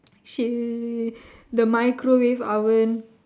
she the microwave oven